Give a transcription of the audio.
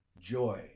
Joy